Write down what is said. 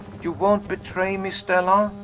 you won't betray me, stella?